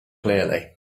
clearly